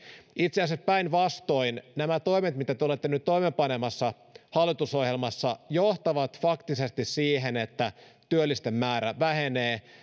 itse asiassa päinvastoin nämä toimet mitä te olette nyt toimeenpanemassa hallitusohjelmassa johtavat faktisesti siihen että työllisten määrä vähenee